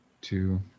two